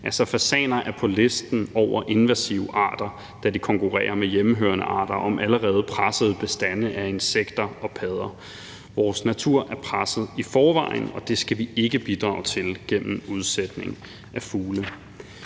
fasaner er på listen over invasive arter, da de konkurrerer med hjemmehørende arter om allerede pressede bestande af insekter og padder. Vores natur er presset i forvejen, og det skal vi ikke bidrage til gennem udsætning af fugle.